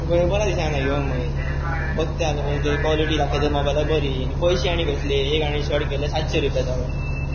बरें दिसांना घेवंक मागीर बगतय जाल्यार मगेर ते कॉलिटी दाखयतात मोबायलार बरी पयशे आनी कसले एक आनी शर्ट केल्लय सातशे रुपया जावन